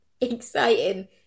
exciting